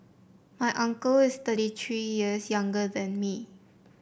my uncle is thirty three years younger than me